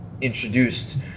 introduced